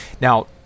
Now